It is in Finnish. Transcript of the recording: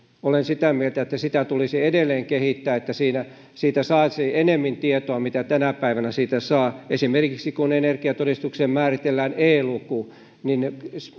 olen sitä mieltä että sitä tulisi edelleen kehittää että siitä saisi enemmän tietoa kuin mitä tänä päivänä siitä saa esimerkiksi kun energiatodistukseen määritellään e luku niin